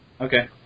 Okay